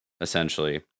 essentially